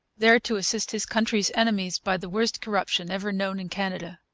there to assist his country's enemies by the worst corruption ever known in canada.